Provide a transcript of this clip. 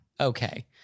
Okay